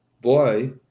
boy